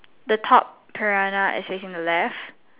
the top piranha is facing the left